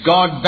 God